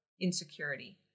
insecurity